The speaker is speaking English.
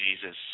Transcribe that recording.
Jesus